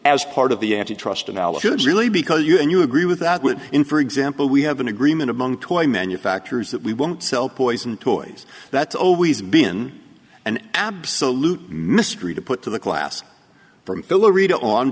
as part of the antitrust unallocated really because you and you agree with that wood in for example we have an agreement among toy manufacturers that we won't sell poisoned toys that's always been an absolute mystery to put to the class from pill